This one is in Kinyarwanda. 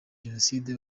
jenoside